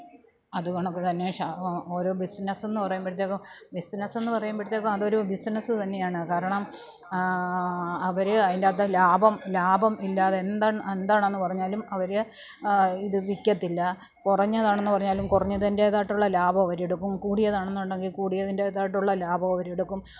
അത് കണക്ക് തന്നെ ഓരോ ബിസിനസ് എന്ന് പറയുമ്പോഴേക്കും ബിസിനസ് എന്ന് പറയുമ്പോഴേക്കും അതൊരു ബിസിനസ് തന്നെയാണ് കാരണം അവരെ അതിൻറ്റാത്ത് ലാഭം ലാഭമില്ലാതെ എന്ത് എന്താണെന്ന് പറഞ്ഞാലും അവര് ഇത് വിക്കത്തില്ല കുറഞ്ഞതാണെന്ന് പറഞ്ഞാലും കുറഞ്ഞതിൻ്റെതായിട്ടുള്ള ലാഭം അവരെടുക്കും കൂടിയതാണെന്നുണ്ടെങ്കിൽ കൂടിയതിൻ്റെതായിട്ടുള്ള ലാഭം അവരെടുക്കും